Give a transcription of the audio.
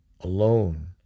alone